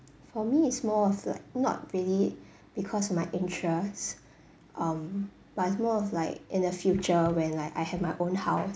for me it's more of like not really because of my interests um but it's more of like in the future when like I have my own house